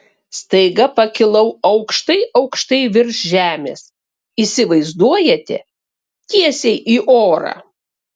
staiga pakilau aukštai aukštai virš žemės įsivaizduojate tiesiai į orą